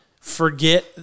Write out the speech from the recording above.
forget